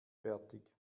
fertig